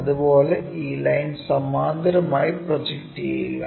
അതുപോലെ ഈ ലൈൻ സമാന്തരമായി പ്രോജക്റ്റ് ചെയ്യുക